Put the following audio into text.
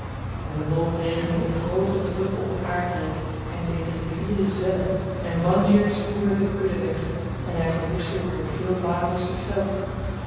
en de wolk regende in groote druppen op het aardryk en deed de rivieren zwellen en banjirs voerden de kudden weg en hy verwoestte door veel waters het veld